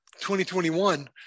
2021